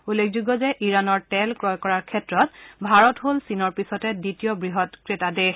উল্লেখযোগ্য যে ইৰাণৰ তেল ক্ৰয় কৰাৰ ক্ষেত্ৰত ভাৰত হল চীনৰ পাছতে দ্বিতীয় বৃহৎ ক্ৰেতা দেশ